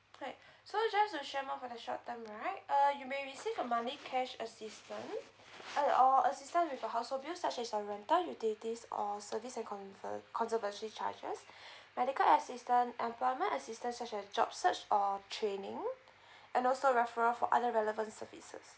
right so just to share more about the short time right err you may receive a monthly cash assistance err or assistance with your household bill such as you rental utilities or service and confe~ conservancy charges medical assistance employment assistance such a job search or training and also referral for other relevant services